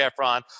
Efron